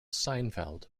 seinfeld